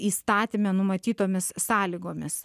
įstatyme numatytomis sąlygomis